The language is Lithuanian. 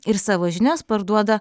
ir savo žinias parduoda